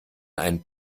einen